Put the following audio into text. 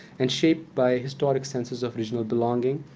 and shaped by historic senses of regional belonging,